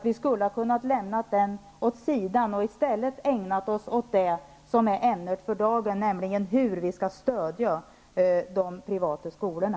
Vi skulle ha kunnat lämna den diskussionen åt sidan och i stället ägnat oss åt det som är ämnet för dagen, nämligen hur vi skall stödja de privata skolorna.